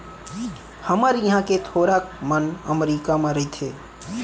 हमर इहॉं के थोरक मन अमरीका म रइथें